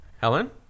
Helen